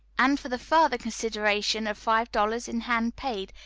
and for the further consideration of five dollars in hand paid,